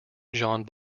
john